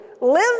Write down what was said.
live